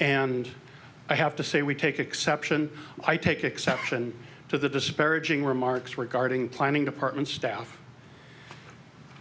and i have to say we take exception i take exception to the disparaging remarks regarding planning department staff